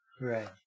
Right